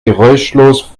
geräuschlos